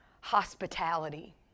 hospitality